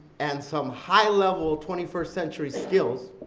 and some high level twenty first century skills,